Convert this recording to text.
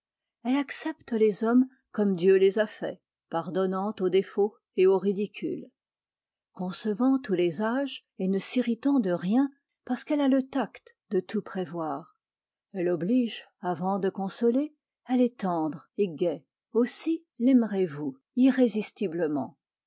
elle accepte les hommes comme dieu les a faits pardonnant aux défauts et aux ridicules concevant tous les âges et ne s'irritant de rien parce qu'elle a le tact de tout prévoir elle oblige avant de consoler elle est tendre et gaie aussi